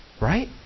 Right